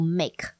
make